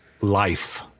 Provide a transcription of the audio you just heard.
Life